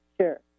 Sure